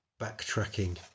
Backtracking